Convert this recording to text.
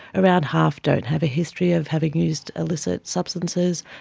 around half don't have a history of having used illicit substances.